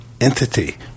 Entity